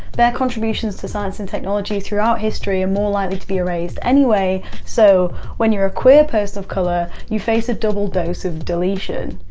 their contributions to science and technology throughout history are more likely to be erased anyway, so when you're a queer person of colour you face a double dose of deletion.